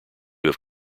have